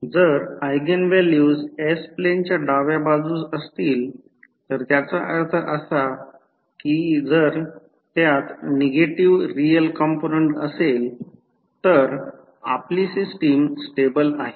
जर eigenvalues S प्लेनच्या डाव्या बाजूस असतील तर त्याचा अर्थ असा की जर त्यात नेगेटिव्ह रियल कॉम्पोनन्ट असेल तर आपली सिस्टिम स्टेबल आहे